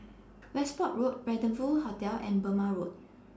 Westbourne Road Rendezvous Hotel and Burmah Road